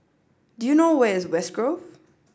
do you know where is West Grove